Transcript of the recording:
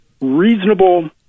reasonable